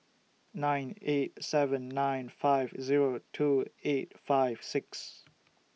nine eight seven nine five Zero two eight five six